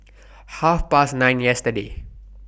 Half Past nine yesterday